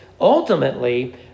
Ultimately